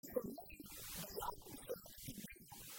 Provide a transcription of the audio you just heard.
השאלה היא, בשעת מסירת הטבעת...